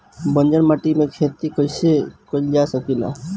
बंजर माटी में खेती कईसे कईल जा सकेला?